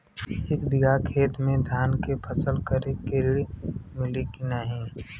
एक बिघा खेत मे धान के फसल करे के ऋण मिली की नाही?